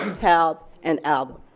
talp, and album.